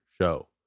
show